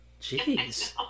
Jeez